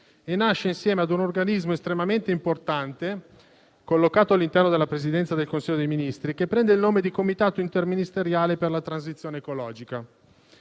e nasce insieme ad un organismo estremamente importante collocato all'interno della Presidenza del Consiglio dei ministri, che prende il nome di Comitato interministeriale per la transizione ecologica.